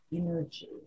energy